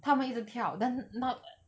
他会一直跳 then 那